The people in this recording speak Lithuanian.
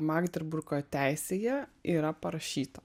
magderburgo teisėje yra parašyta